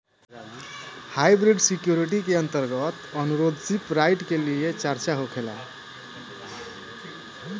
hybrid security के अंतर्गत ownership right के भी चर्चा होखेला